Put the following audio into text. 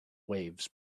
waves